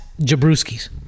Jabruski's